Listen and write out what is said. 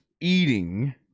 eating